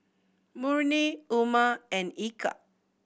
Murni Umar and Eka